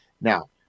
Now